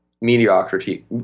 mediocrity